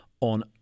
on